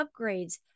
upgrades